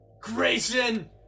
Grayson